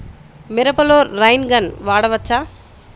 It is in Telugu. మిరపలో రైన్ గన్ వాడవచ్చా?